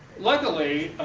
luckily,